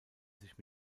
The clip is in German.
sich